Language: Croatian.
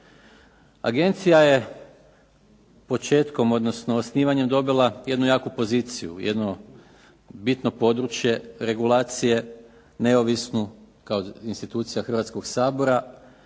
Agencija je početkom, odnosno osnivanjem dobila jednu jaku poziciju, jedno bitno područje regulacije neovisnu kao institucija Hrvatskog sabora,